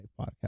podcast